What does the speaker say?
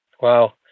wow